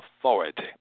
authority